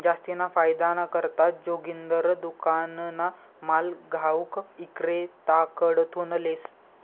जास्तीना फायदाना करता जोगिंदर दुकानना माल घाऊक इक्रेताकडथून लेस